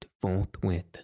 forthwith